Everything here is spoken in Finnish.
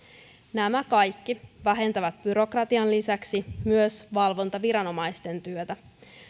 nämä kaikki vähentävät byrokratian lisäksi myös valvontaviranomaisten työtä